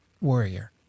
warrior